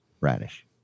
radish